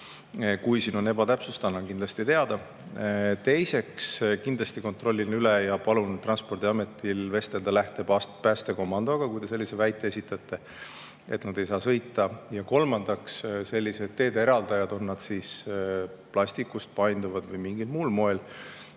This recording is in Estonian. Kui siin on ebatäpsust, annan kindlasti teada. Teiseks, kindlasti kontrollin üle ja palun Transpordiametil vestelda Lähte päästekomandoga, kui te sellise väite esitate, et nad ei saa sõita. Ja kolmandaks, sellised teede eraldajad, on nad siis plastikust, painduvad või mingid muud, ehk